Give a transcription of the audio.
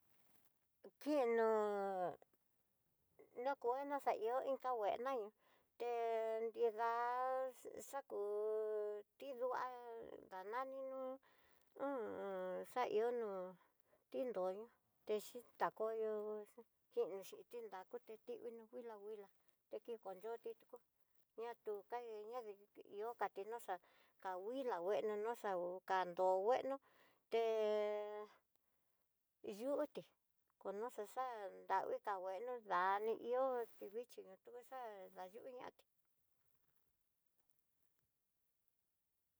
Kenó na kué na xa ihó inga kuina ña té nridá xakú tiduá, ndanani nú hu u un xa ihó no tinroñá texitá koyo'o, xini xhi tí nrá kuté tino wuila wuila teki konriti tukú ña tú ka ñañvi ihó kati no xá ka wuila nguena noxá ukando buenó té yuté konoxe xá nravi tá bueno dani ihó ti vixhii tu xa dayuñati.